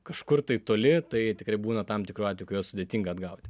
kažkur tai toli tai tikrai būna tam tikrų atvejų kai juos sudėtinga atgauti